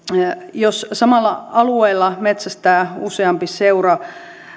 jos samalla alueella metsästää useampi seura